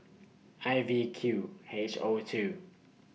I V Q H O two